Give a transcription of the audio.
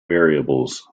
variables